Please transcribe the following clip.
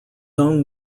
own